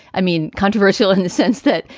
i mean, controversial in the sense that,